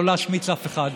לא להשמיץ אף אחד,